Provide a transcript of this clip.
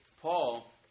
Paul